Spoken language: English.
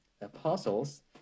apostles